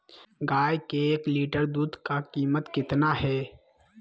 गाय के एक लीटर दूध का कीमत कितना है?